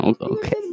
Okay